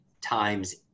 times